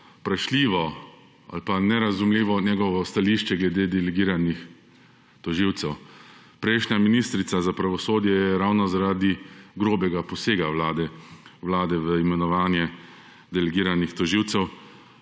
vprašljivo ali pa nerazumljivo njegovo stališče glede delegiranih tožilcev. Prejšnja ministrica za pravosodje je ravno, zaradi grobega posega Vlade v imenovanje delegiranih tožilcev